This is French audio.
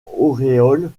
auréole